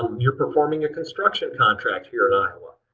you're performing a construction contract here in iowa.